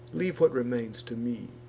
leave what remains to me.